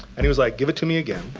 and he was like, give it to me again.